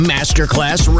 Masterclass